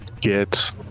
get